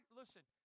listen